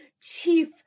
chief